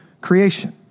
creation